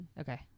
Okay